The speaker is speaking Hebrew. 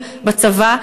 בצבא,